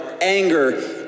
anger